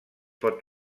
pot